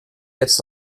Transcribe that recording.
jetzt